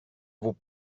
vos